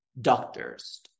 doctors